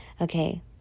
Okay